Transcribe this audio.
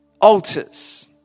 Altars